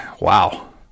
wow